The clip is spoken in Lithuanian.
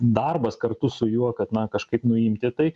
darbas kartu su juo kad na kažkaip nuimti tai